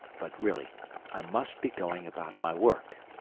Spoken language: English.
but really i must be going about my work.